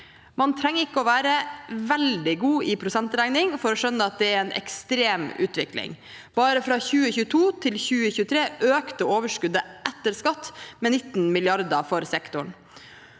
Man trenger ikke å være veldig god i prosentregning for å skjønne at det er en ekstrem utvikling. Bare fra 2022 til 2023 økte overskuddet etter skatt med 19 mrd. kr for sektoren.